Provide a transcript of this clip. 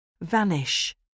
Vanish